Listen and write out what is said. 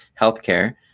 healthcare